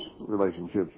relationships